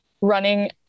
running